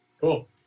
Cool